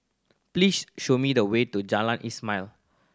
please show me the way to Jalan Ismail